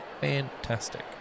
fantastic